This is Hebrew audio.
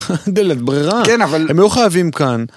בלית ברירה. כן, אבל הם לא חייבים כאן